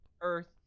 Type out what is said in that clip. earth